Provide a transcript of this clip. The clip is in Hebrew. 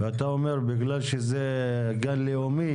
ואתה אומר שבגלל שזה גן לאומי,